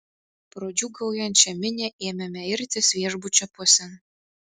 pro džiūgaujančią minią ėmėme irtis viešbučio pusėn